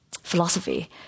philosophy